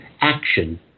action